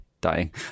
dying